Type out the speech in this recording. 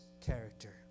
character